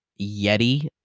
Yeti